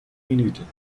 minuten